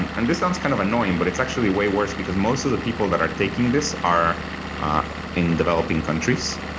and this sounds kind of annoying, but it's actually way worse because most of the people that are taking this are in developing countries.